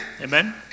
Amen